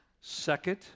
Second